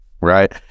right